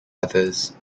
others